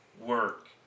work